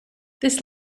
this